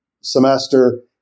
semester